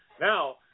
Now